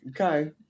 okay